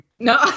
No